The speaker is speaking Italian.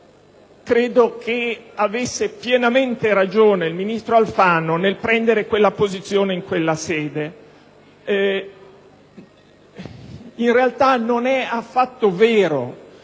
credo che avesse pienamente ragione il ministro Alfano nel prendere quella posizione. In realtà non è affatto vero